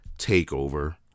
TakeOver